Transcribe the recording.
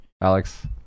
Alex